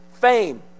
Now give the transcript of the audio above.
Fame